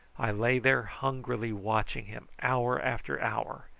i lay there hungrily watching him hour after hour,